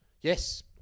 Yes